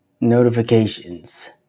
notifications